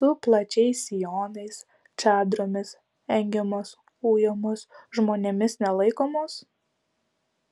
su plačiais sijonais čadromis engiamos ujamos žmonėmis nelaikomos